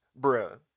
Bruh